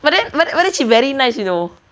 but then but then she very nice you know